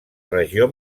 regió